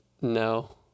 No